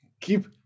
Keep